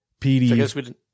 PD